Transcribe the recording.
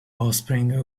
offspring